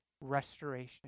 restoration